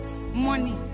money